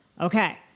Okay